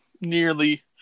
nearly